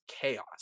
chaos